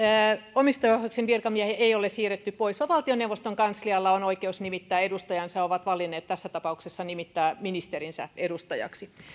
omistajaohjauksen virkamiehiä ei ole siirretty pois vaan valtioneuvoston kanslialla on oikeus nimittää edustajansa ovat valinneet tässä tapauksessa ministerinsä nimittämisen edustajaksi